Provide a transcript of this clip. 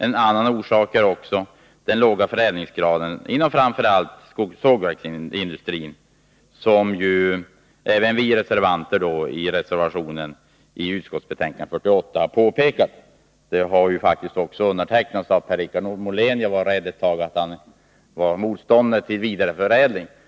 En annan orsak är den låga förädlingsgraden inom framför allt sågverksindustrin, som vi även påpekar i reservationen till utskottsbetänkande 48. Denna reservation har ju faktiskt också undertecknats av Per-Richard Molén. Jag var ett tag rädd att han var motståndare till vidareförädling.